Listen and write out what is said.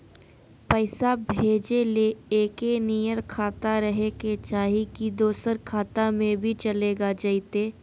पैसा भेजे ले एके नियर खाता रहे के चाही की दोसर खाता में भी चलेगा जयते?